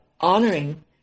honoring